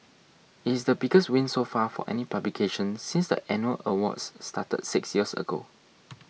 it is the biggest win so far for any publication since the annual awards started six years ago